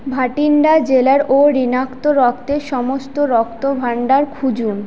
ভাটিন্ডা জেলার ও ঋণাত্মক রক্তের সমস্ত রক্ত ভাণ্ডার খুঁজুন